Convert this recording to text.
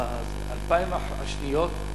אלפיים השניות,